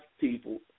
people